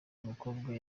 mukobwa